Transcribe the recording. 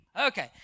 Okay